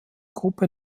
gruppe